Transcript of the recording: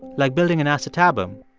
like building an acetabulum,